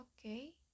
Okay